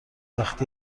وقت